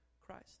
Christ